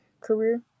career